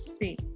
see